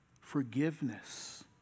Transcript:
Forgiveness